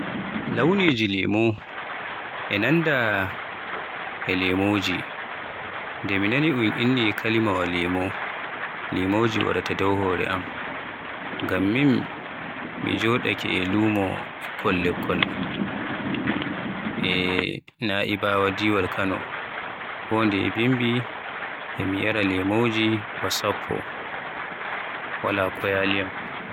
Launiji lemu, e nanda e lemoji, nde mi naani un inni kalimawa lemu, lemoji waraata dow hore am. Ngam min mi joɗaake e lume ɓikkol lekkol e Na'ibawa diiwal Kano. Kondeye bimbi e mi Yara lemoji baa sappo wala ko yaaliyam.